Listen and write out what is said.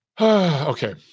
Okay